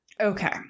Okay